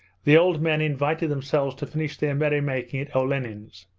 the old men invited themselves to finish their merry-making at olenin's.